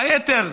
היתר,